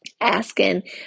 asking